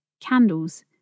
candles